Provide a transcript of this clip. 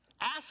Ask